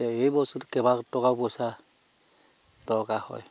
এই বস্তুটোত কেইবা টকাও পইচা দৰকাৰ হয়